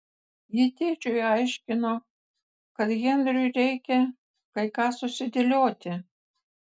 ji tėčiui aiškino kad henriui reikia kai ką susidėlioti